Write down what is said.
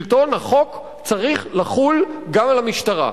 שלטון החוק צריך לחול גם על המשטרה,